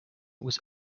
was